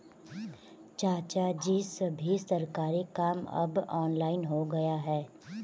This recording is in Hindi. चाचाजी, सभी सरकारी काम अब ऑनलाइन हो गया है